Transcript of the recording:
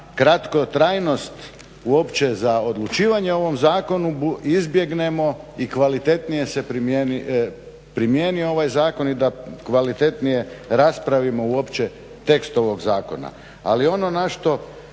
kratkotrajnost uopće za odlučivanje o ovom zakonu izbjegnemo i kvalitetnije se primijeni ovaj zakon i da kvalitetnije raspravimo uopće tekst ovog zakona.